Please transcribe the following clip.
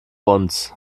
uns